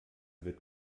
wird